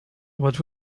what